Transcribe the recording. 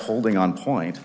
holding on point